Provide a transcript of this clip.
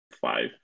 five